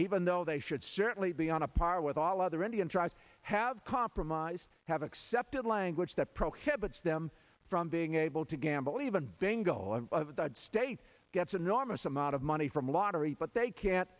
even though they should certainly be on a par with all other indian tribes have compromised have accepted language that prohibits them from being able to gamble even vangel of the state gets an enormous amount of money from a lottery but they can't